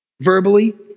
verbally